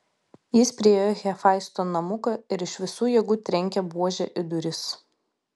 jis priėjo hefaisto namuką ir iš visų jėgų trenkė buože į duris